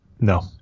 No